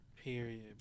Period